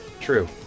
true